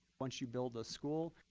once you build a school,